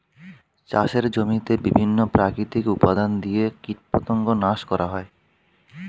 চাষের জমিতে বিভিন্ন প্রাকৃতিক উপাদান দিয়ে কীটপতঙ্গ নাশ করা হয়